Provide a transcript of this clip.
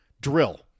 drill